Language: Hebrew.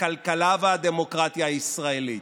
הכלכלה והדמוקרטיה הישראלית,